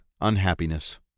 unhappiness